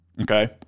Okay